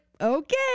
Okay